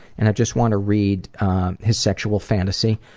and i just want to read his sexual fantasy.